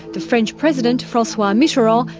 the french president, francois mitterrand,